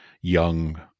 young